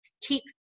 keep